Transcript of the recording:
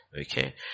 Okay